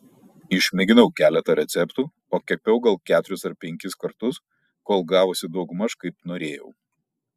išmėginau keletą receptų o kepiau gal keturis ar penkis kartus kol gavosi daugmaž kaip norėjau